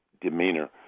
demeanor